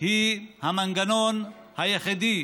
היא המנגנון היחידי